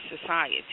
society